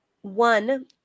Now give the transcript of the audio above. One